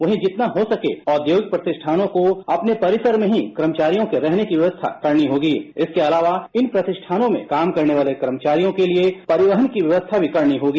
वहीं जितना हो सके औद्योगिक प्रतिष्ठानों को अपने परिसर में ही रहने की होगी इसके अलावा इन प्रतिष्ठानों में काम करने वाले कर्मचारियों के लिए परिवहन की व्यवस्था भी करनी होगी